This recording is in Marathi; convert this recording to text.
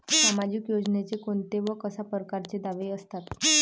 सामाजिक योजनेचे कोंते व कशा परकारचे दावे असतात?